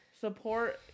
support